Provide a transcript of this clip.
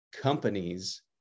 companies